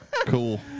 Cool